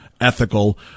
ethical